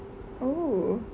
oh